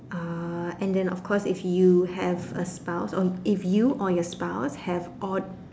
uh and then of course if you have a spouse or if you or your spouse have odd